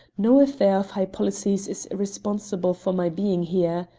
no affair of high politics is responsible for my being here.